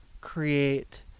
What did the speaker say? create